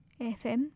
FM